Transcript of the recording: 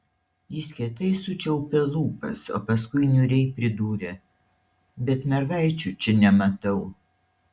jis kietai sučiaupė lūpas o paskui niūriai pridūrė bet mergaičių čia nematau